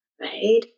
Right